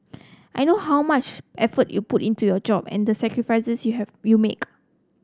I know how much effort you put into your job and the sacrifices you have you make